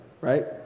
right